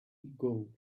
goal